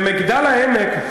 במגדל-העמק,